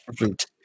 Root